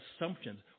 assumptions